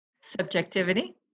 Subjectivity